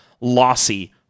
lossy